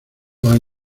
los